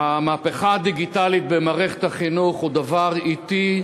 המהפכה הדיגיטלית במערכת החינוך היא דבר אטי,